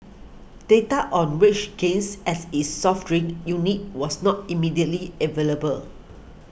data on wage gains at its soft drink unit was not immediately available